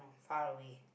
far away